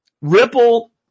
Ripple